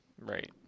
Right